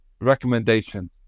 recommendation